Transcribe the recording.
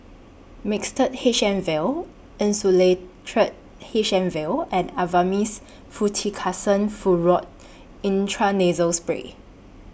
Mixtard H M Vial Insulatard H M Vial and Avamys Fluticasone Furoate Intranasal Spray